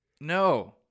No